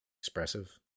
expressive